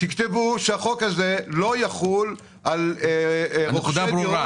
תכתבו שהחוק הזה לא יחול על רוכשי דירות.